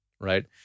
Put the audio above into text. right